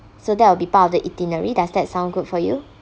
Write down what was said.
so that will be part of the itinerary does that sound good for you